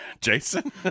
Jason